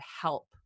help